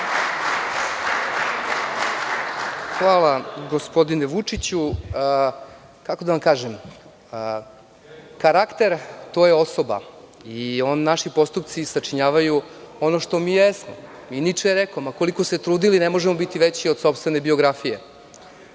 Hvala, gospodine Vučiću. Kako da vam kažem, karakter je osoba. Naši postupci sačinjavaju ono što mi jesmo. Niče je rekao – ma koliko se trudili ne možemo biti veći od sopstvene biografije. Pre,